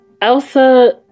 Elsa